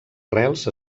rels